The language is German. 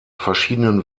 verschiedenen